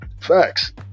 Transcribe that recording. facts